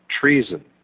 treason